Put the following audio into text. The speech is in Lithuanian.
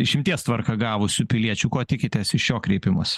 išimties tvarka gavusių piliečių ko tikitės iš šio kreipimos